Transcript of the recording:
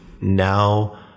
now